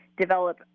develop